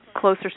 closer